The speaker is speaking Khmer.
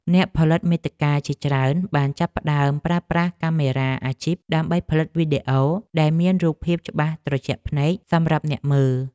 អ្នកផលិតមាតិកាជាច្រើនបានចាប់ផ្តើមប្រើប្រាស់កាមេរ៉ាអាជីព ដើម្បីផលិតវីដេអូដែលមានរូបភាពច្បាស់ត្រជាក់ភ្នែកសម្រាប់អ្នកមើល។